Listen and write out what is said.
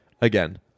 again